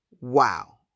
Wow